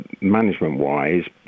management-wise